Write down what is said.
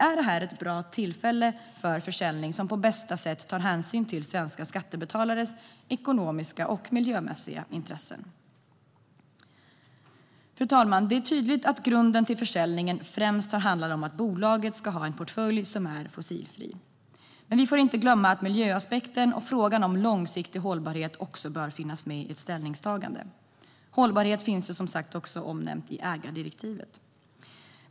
Är detta ett bra tillfälle för försäljning som på bästa sätt tar hänsyn till svenska skattebetalares ekonomiska och miljömässiga intressen? Fru talman! Det är tydligt att grunden till försäljningen främst handlar om att bolaget ska ha en portfölj som är fossilfri. Men vi får inte glömma att miljöaspekten och frågan om långsiktig hållbarhet också bör finnas med i ett ställningstagande. Hållbarhet finns som sagt också omnämnt i ägardirektivet.